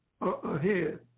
ahead